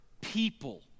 people